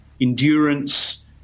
endurance